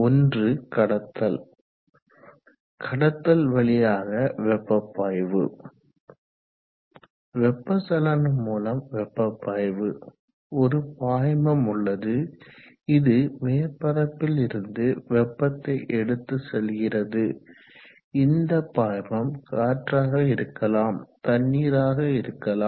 ஒன்று கடத்தல் கடத்தல் வழியாக வெப்ப பாய்வு வெப்பச்சலனம் மூலம் வெப்ப பாய்வு ஒரு பாய்மம் உள்ளது இது மேற்பரப்பில் இருந்து வெப்பத்தை எடுத்துச் செல்கிறது இந்த பாய்மம் காற்றாக இருக்கலாம் தண்ணீராக இருக்கலாம்